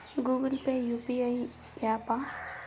Google Pay UPI య్యాపా?